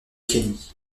kenny